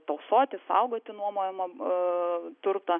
tausoti saugoti nuomojamą turtą